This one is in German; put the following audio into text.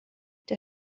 der